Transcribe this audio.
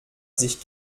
sich